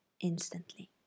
instantly